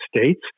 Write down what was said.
States